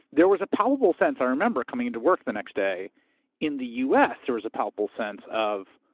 there was a palpable sense. i remember coming into work the next day in the us, there was a palpable sense of,